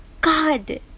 God